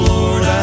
Lord